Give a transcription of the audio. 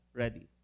ready